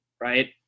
right